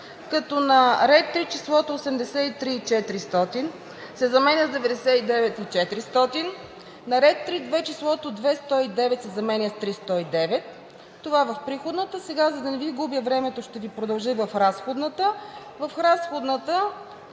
като на ред 3. числото 83 400 се заменя с 99 400, на ред 3.2. числото 2 109 се заменя с 3 109 – това в приходната. Сега, за да не Ви губя времето, ще ги продължа и в разходната. В разходната